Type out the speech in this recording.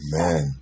Amen